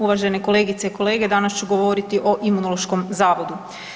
Uvažene kolegice i kolege, danas ću govoriti o Imunološkom zavodu.